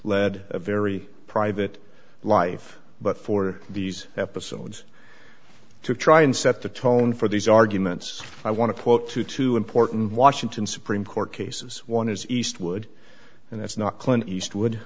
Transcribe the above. led a very private life but for these episodes to try and set the tone for these arguments i want to quote to two important washington supreme court cases one is eastwood and it's not clint eastwood